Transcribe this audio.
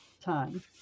time